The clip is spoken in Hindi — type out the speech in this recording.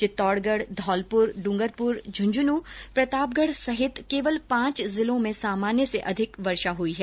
चित्तौडगढ धौलपुर ड्रंगरपुर झुंझुनू और प्रतापगढ सहित केवल पांच जिलो में सामान्य से अधिक वर्षा हई है